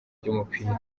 ry’umupira